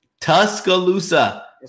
Tuscaloosa